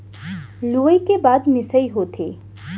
लुवई के बाद मिंसाई होथे